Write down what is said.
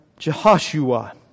Jehoshua